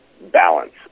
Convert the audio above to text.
balance